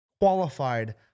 qualified